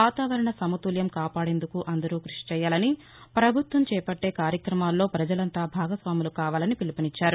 వాతావరణ సమతుల్యం కాపాడేందుకు అందరూ కృషి చేయాలనిపభుత్వం చేపట్టే కార్యక్రమాల్లో పజలంతా భాగస్వాములు కావాలని పిలుపు నిచ్చారు